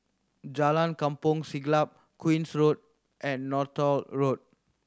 Jalan Kampong Siglap Queen's Road and Northolt Road